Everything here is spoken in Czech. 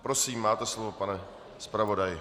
Prosím, máte slovo, pane zpravodaji.